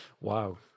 Wow